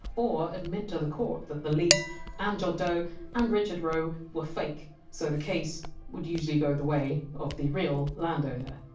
or admit to the court that the lease and john doe and richard roe were fake, so the case would usually go the way of the real landowner.